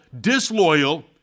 disloyal